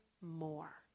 more